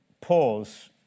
pause